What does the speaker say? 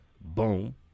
Boom